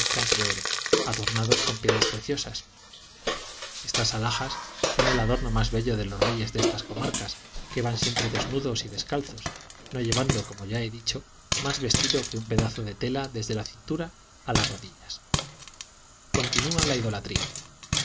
de oro adornados con piedras preciosas estas alhajas son el adorno más bello de los reyes de estas comarcas que van siempre desnudos y descalzos no llevando como ya he dicho más vestido que un pedazo de tela desde la cintura a las rodillas continúa la idolatría